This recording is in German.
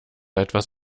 etwas